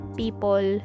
people